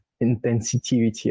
intensity